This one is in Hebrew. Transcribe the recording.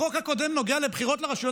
החוק הקודם נוגע לבחירות לרשויות